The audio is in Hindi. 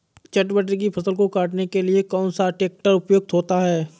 चटवटरी की फसल को काटने के लिए कौन सा ट्रैक्टर उपयुक्त होता है?